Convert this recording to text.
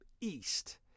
east